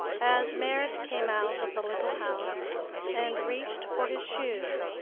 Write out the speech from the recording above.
as merrit came out of the little house and reached for his shoes,